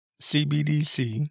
CBDC